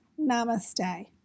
Namaste